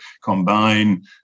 combine